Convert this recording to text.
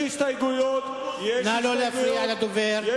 נא לא להפריע לדובר.